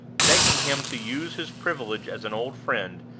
begging him to use his privilege as an old friend,